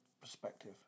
perspective